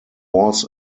was